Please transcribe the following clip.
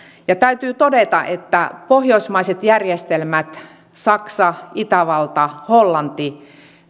ja täytyy todeta että pohjoismaiset järjestelmät saksa itävalta hollanti